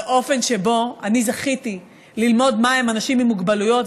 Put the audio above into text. האופן שבו אני זכיתי ללמוד מה הם אנשים עם מוגבלויות